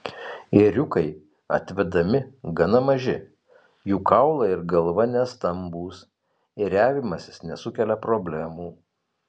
ėriukai atvedami gana maži jų kaulai ir galva nestambūs ėriavimasis nesukelia problemų